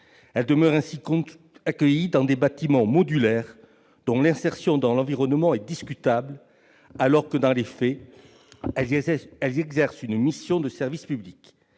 demeurent ainsi accueillies dans des bâtiments modulaires, dont l'insertion dans l'environnement est discutable, alors que dans les faits elles exercent une mission de service public.